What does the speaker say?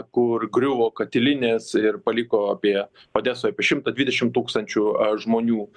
kur griuvo katilinės ir paliko apie odesoj apie šimtą dvidešimt tūkstančių žmonių